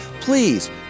Please